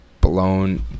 blown